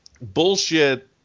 bullshit